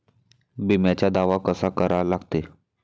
बिम्याचा दावा कसा करा लागते?